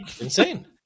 insane